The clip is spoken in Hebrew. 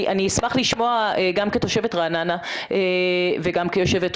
אני אשמח לשמוע גם כתושבת רעננה וגם כיו"ר